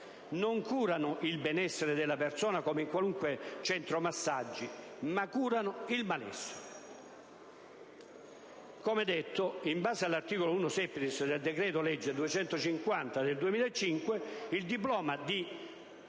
non curano cioè il benessere della persona, come in qualunque centro massaggi, ma curano il malessere.